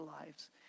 lives